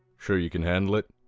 sure you can handle it?